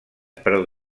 però